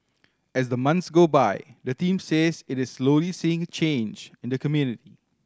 as the months go by the team says it is slowly seeing change in the community